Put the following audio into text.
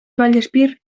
vallespir